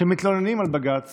שמתלוננים על בג"ץ